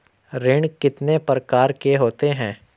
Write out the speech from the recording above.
ऋण कितने प्रकार के होते हैं?